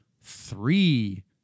three